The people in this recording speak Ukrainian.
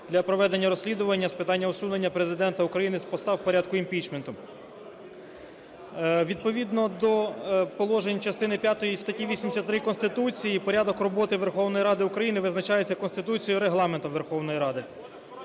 для проведення розслідування з питання усунення Президента України з поста в порядку імпічменту. Відповідно до положень частини 5 статті 83 Конституції порядок роботи Верховної Ради України визначається Конституцією і Регламентом Верховної Ради.